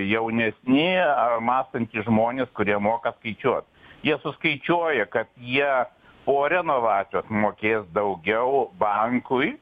jaunesni mąstantys žmonės kurie moka skaičiuot jie suskaičiuoja kad jie po renovacijos mokės daugiau bankui